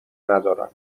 ندارم